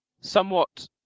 somewhat